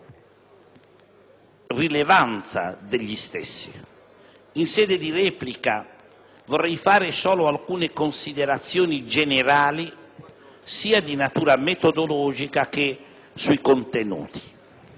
rilevanza degli stessi. In sede di replica vorrei fare solo alcune considerazioni generali sia di natura metodologica, che sui contenuti.